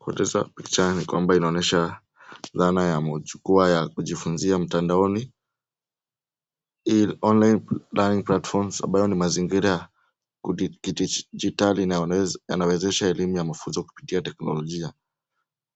Kutazama kwa picha ni kwamba inaonyesha dhana ya majukwaa ya kujifunzia mtandaoni online learning platforms ambayo ni mazingira ya kidigitali yanawezesha elimu ya mafunzo kupitia teknolojia.